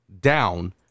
down